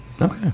Okay